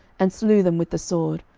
and slew them with the sword,